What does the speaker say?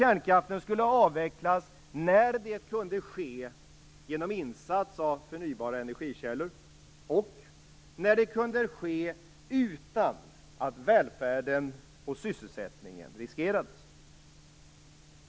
Kärnkraften skulle avvecklas när så kunde ske genom insats av förnybara energikällor och utan att välfärden och sysselsättningen riskerades.